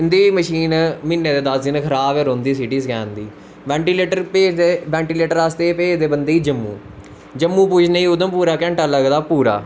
इंदी मशीन महीनें दा दस दिन खराब गै रौंह्दी सिटिस्कैन दी बैन्टीलेटर आस्तै भेजदे बंदे गी जम्मू जम्मू पुजनें गी उधमपुरा दा घैंटा लगदा पूरा